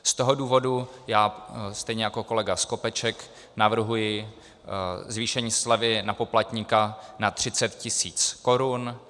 Z toho důvodu já stejně jako kolega Skopeček navrhuji zvýšení slevy na poplatníka na 30 tisíc korun.